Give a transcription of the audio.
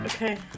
Okay